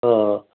ਹਾਂ